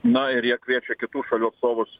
na ir jie kviečia kitų šalių atstovus